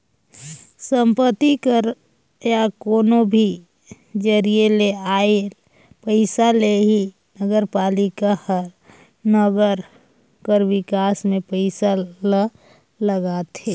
संपत्ति कर या कोनो भी जरिए ले आल पइसा ले ही नगरपालिका हर नंगर कर बिकास में पइसा ल लगाथे